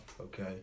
okay